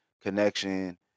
connection